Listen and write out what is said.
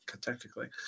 technically